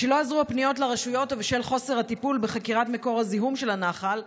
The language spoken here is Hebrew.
משלא עזרו הפניות לרשויות ובשל חוסר הטיפול בחקירת מקור הזיהום של הנחל,